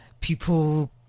people